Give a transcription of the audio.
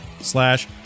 slash